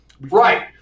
Right